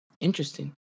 Interesting